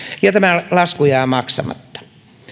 ja tämä lasku jää maksamatta